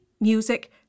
music